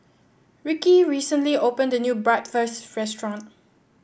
Rickie recently opened a new Bratwurst Restaurant